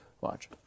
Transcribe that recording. Watch